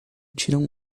tiram